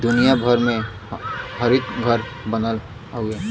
दुनिया भर में हरितघर बनल हौ